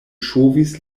ŝovis